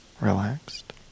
relaxed